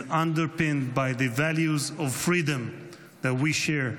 underpinned by the values of freedom that we share.